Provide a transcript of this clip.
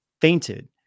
fainted